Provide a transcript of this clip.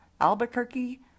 Albuquerque